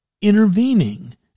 intervening